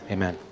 Amen